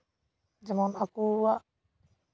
ᱡᱮᱢᱚᱱ ᱟᱠᱚᱣᱟᱜ